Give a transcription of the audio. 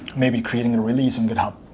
maybe creating a release in github